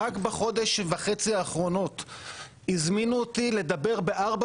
רק בחודש וחצי האחרונים הזמינו אותי לדבר בארבע